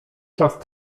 czas